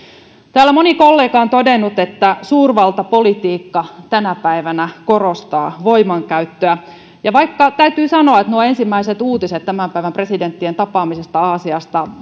täällä moni kollega on todennut että suurvaltapolitiikka tänä päivänä korostaa voimankäyttöä ja vaikka täytyy sanoa että nuo ensimmäiset uutiset tämän päivän presidenttien tapaamisesta aasiasta